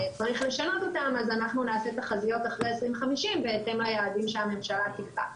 אנחנו נעשה תחזיות אחרי 2050 בהתאם ליעדים שהממשלה תקבע.